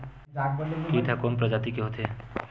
कीट ह कोन प्रजाति के होथे?